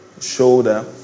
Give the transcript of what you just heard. shoulder